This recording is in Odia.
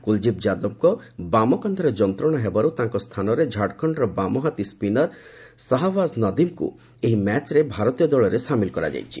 କ୍ରଲଦୀପ ଯାଦବଙ୍କ ବାମ କାନ୍ଧରେ ଯନ୍ତ୍ରଣା ହେବାର୍ ତାଙ୍କ ସ୍ଥାନରେ ଝାଡ଼ଖଣ୍ଡର ବାମହାତୀ ସ୍ୱିନର ଶାହାବାଜ୍ ନଦୀମ୍ଙ୍କ ଏହି ମ୍ୟାଚ୍ରେ ଭାରତୀୟ ଦଳରେ ସାମିଲ କରାଯାଇଛି